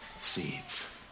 seeds